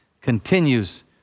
continues